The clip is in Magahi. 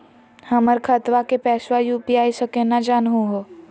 हमर खतवा के पैसवा यू.पी.आई स केना जानहु हो?